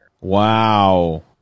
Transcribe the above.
Wow